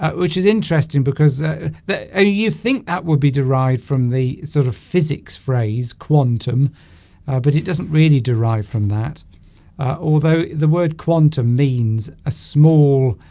ah which is interesting because then ah you think that would be derived from the sort of physics phrase quantum but it doesn't really derive from that although the word quantum means a small